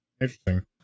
Interesting